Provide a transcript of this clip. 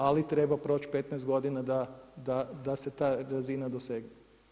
Ali treba proći 15 godina da se ta razina dosegne.